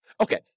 Okay